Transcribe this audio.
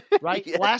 right